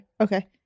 okay